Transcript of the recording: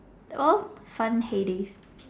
oh fun hay days